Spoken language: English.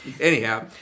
Anyhow